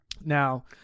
Now